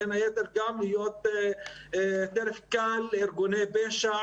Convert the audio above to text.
בין היתר גם להיות טרף קל לארגוני פשע